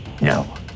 No